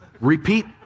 Repeat